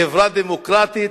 חברה דמוקרטית?